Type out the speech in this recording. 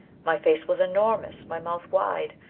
my face was enormous, my mouth wide,